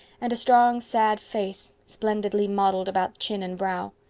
and a strong, sad face, splendidly modeled about chin and brow.